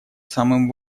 самым